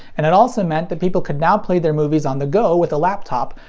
and it also meant that people could now play their movies on the go with a laptop,